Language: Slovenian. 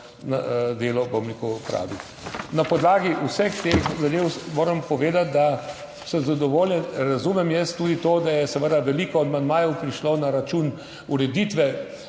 delo, bom rekel, opraviti. Na podlagi vseh teh zadev moram povedati, da sem zadovoljen. Razumem jaz tudi to, da je seveda veliko amandmajev prišlo na račun ureditve